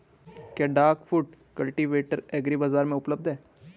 क्या duck foot cultivator agri बाज़ार में उपलब्ध है?